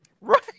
Right